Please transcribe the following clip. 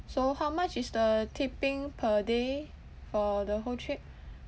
so how much is the tipping per day for the whole trip